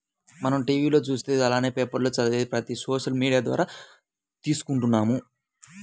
మనం టీవీ లో చూసేది అలానే పేపర్ లో చదివేది ప్రతిది సోషల్ మీడియా ద్వారా తీసుకుంటున్నాము